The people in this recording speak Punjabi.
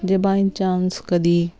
ਜੇ ਬਾਏ ਚਾਂਸ ਕਦੇ